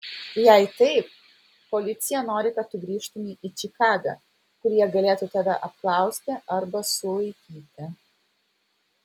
jei taip policija nori kad tu grįžtumei į čikagą kur jie galėtų tave apklausti arba sulaikyti